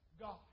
God